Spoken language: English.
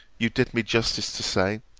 you did me justice to say,